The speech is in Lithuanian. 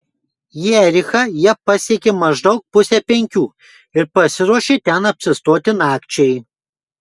jerichą jie pasiekė maždaug pusę penkių ir pasiruošė ten apsistoti nakčiai